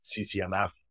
CCMF